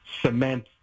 cement